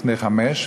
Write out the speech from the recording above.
לפני חמש,